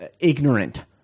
ignorant